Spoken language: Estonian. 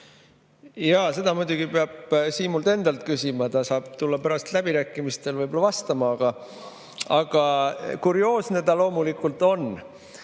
Jaa, seda muidugi peab Siimult endalt küsima, ta saab tulla pärast läbirääkimistel vastama. Aga kurioosne see loomulikult on.